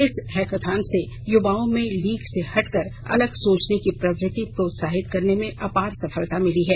इस हैकाथॉन से युवाओं में लीक से अलग हटकर सोचने की प्रवृत्ति प्रोत्साहित करने में अपार सफलता मिली है